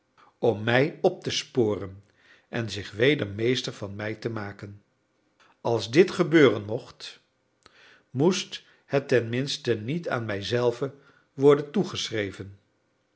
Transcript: om mij op te sporen en zich weder meester van mij te maken als dit gebeuren mocht moest het tenminste niet aan mijzelven worden